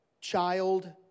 child